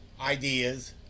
ideas